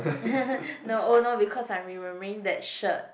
no oh no because I'm remembering that shirt